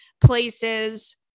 places